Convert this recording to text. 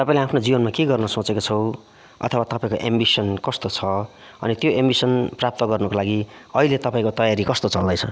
तपाईँले आफ्नो जीवनमा के गर्नु सोचेको छौ अथवा तपाईँको एम्बिसन कस्तो छ अनि त्यो एम्बिसन प्राप्त गर्नुको लागि अहिले तपाईँको तयारी कस्तो चल्दैछ